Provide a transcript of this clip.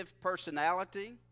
personality